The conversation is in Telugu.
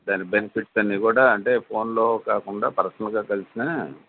దాని బెనిఫిట్స్ అన్నీ కూడా అంటే ఫోన్లో కాకుండా పర్సనల్గా కలిసినా